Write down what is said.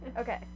Okay